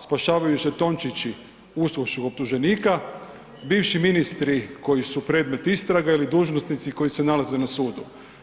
spašavaju žetončići USKOK-čkog optuženika, bivši ministri koji su predmet istrage ili dužnosnici koji se nalaze na sudu?